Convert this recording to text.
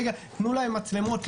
תנו להם מצלמות.